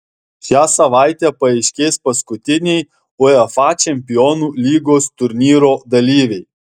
šią savaitę paaiškės paskutiniai uefa čempionų lygos turnyro dalyviai